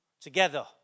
together